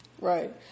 Right